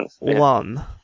one